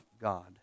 God